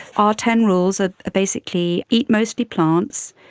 our ten rules are basically eat mostly plants,